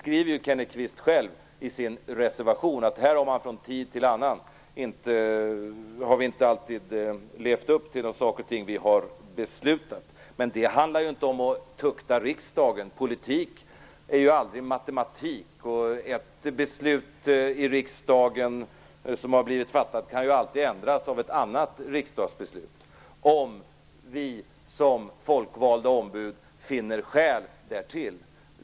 Kenneth Kvist skriver själv i sin reservation att vi från tid till annan inte alltid har levt upp till de saker vi har beslutat. Men det handlar ju inte om att tukta riksdagen. Politik är aldrig matematik, och ett beslut som har fattats i riksdagen kan alltid ändras av ett annat riksdagsbeslut - om vi som folkvalda ombud finner skäl därtill.